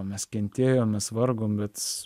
mes kentėjom mes vargom bet